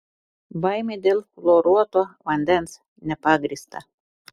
baimė dėl fluoruoto vandens nepagrįsta